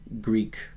Greek